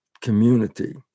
community